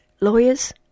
Lawyers